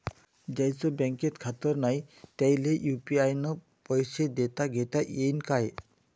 ज्याईचं बँकेत खातं नाय त्याईले बी यू.पी.आय न पैसे देताघेता येईन काय?